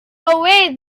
away